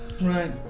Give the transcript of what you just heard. Right